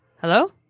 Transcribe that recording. Hello